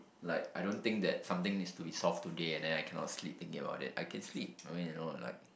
I don't think that something needs to be solved today and then I cannot sleep thinking about it I can sleep I mean you know like